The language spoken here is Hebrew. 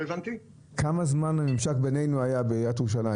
כמה זמן המימשק בינינו היה בעיריית ירושלים?